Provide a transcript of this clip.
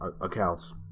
accounts